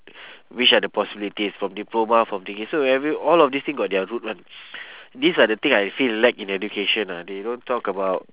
which are the possibilities from diploma from taking so every all of this thing got their route [one] these are the thing I feel lack in education ah they don't talk about